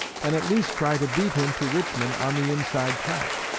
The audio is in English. and at least try to beat him to richmond on the inside track.